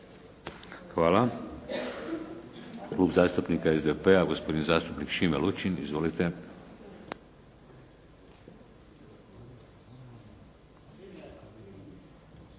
(HDZ)** Klub zastupnika SDP-a, gospodin zastupnik Šime Lučin. Izvolite.